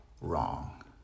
wrong